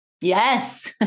Yes